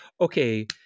okay